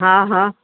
हा हा